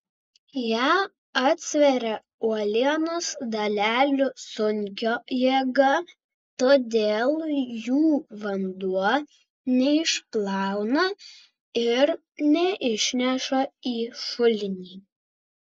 ją atsveria uolienos dalelių sunkio jėga todėl jų vanduo neišplauna ir neišneša į šulinį